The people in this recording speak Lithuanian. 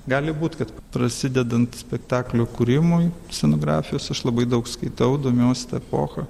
gali būt kad prasidedant spektaklio kūrimui scenografijos aš labai daug skaitau domiuosi epocha